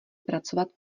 pracovat